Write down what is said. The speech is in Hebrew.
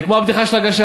זה כמו הבדיחה של "הגשש"